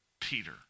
Peter